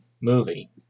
movie